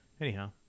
anyhow